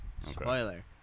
Spoiler